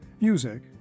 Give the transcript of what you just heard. music